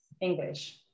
English